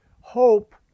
Hope